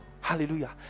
Hallelujah